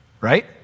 Right